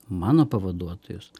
mano pavaduotojus